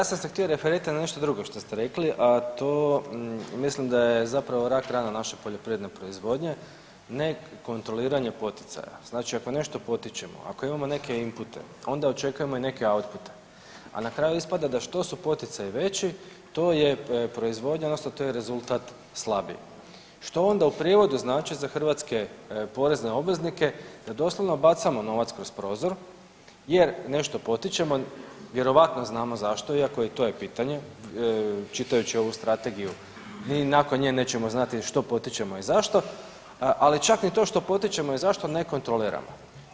Ja sam se htio referirati na nešto drugo što ste rekli, a to mislim da je zapravo rak rana naše poljoprivredne proizvodnje, ne kontroliranje poticaja, znači ako nešto potičemo, ako imamo neke inpute onda očekujemo i neke outpute, a na kraju ispada da što su poticaji veći to je proizvodnja odnosno to je rezultat slabiji, što onda u prijevodu znači za hrvatske porezne obveznike da doslovno bacamo novac kroz prozor jer nešto potičemo, vjerojatno znamo zašto iako i to pitanje, čitajući ovu strategiju mi i nakon nje nećemo znati što potičemo i zašto, ali čak ni to što potičemo i zašto ne kontroliramo.